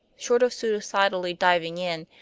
short of suicidally diving in,